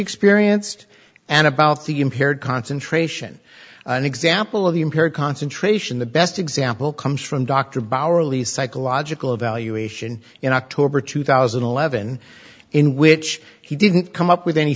experienced and about the impaired concentration an example of impaired concentration the best example comes from dr bao released psychological evaluation in october two thousand and eleven in which he didn't come up with any